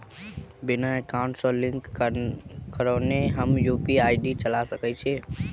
बिना एकाउंट सँ लिंक करौने हम यु.पी.आई चला सकैत छी?